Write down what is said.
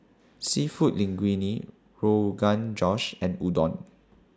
Seafood Linguine Rogan Josh and Udon